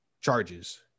charges